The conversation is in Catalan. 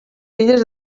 filles